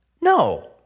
No